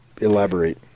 Elaborate